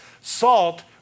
Salt